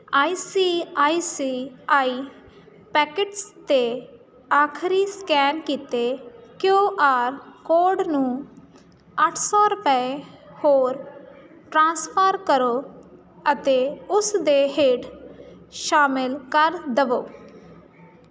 I C I C I ਪਕਿਟਸ 'ਤੇ ਆਖਰੀ ਸਕੈਨ ਕੀਤੇ ਕੇਯੂ ਆਰ ਕੋਡ ਨੂੰ ਅੱਠ ਸੌ ਰੁਪਏ ਹੋਰ ਟ੍ਰਾਂਸਫਰ ਕਰੋ ਅਤੇ ਉਸ ਦੇ ਹੇਠ ਸ਼ਾਮਿਲ ਕਰ ਦਵੋ